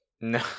No